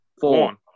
Four